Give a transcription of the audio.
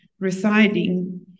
residing